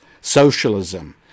socialism